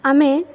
ଆମେ